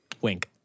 wink